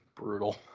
Brutal